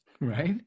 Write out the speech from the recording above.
right